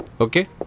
Okay